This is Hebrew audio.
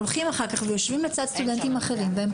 הולכים אחר כך ויושבים לצד סטודנטים אחרים,